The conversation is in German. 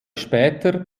später